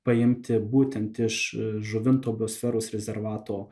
paimti būtent iš žuvinto biosferos rezervato